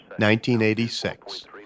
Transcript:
1986